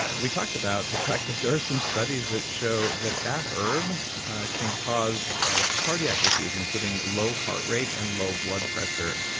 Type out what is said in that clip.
ah we talked about the fact that there are some studies that show that that herb can cause ah cardiac issues including low heart rate and low blood pressure,